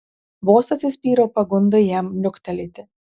vos atsispyriau pagundai jam niuktelėti